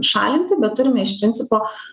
šalinti bet turime iš principo